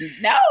No